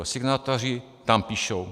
Signatáři tam píšou.